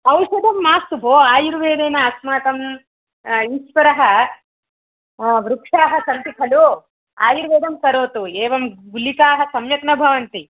औषधं मास्तु भोः आयुर्वेदेन अस्माकं ईश्वरः वृक्षाः सन्ति खलु आयुर्वेदं करोतु एवं गुलिकाः सम्यक् न भवन्ति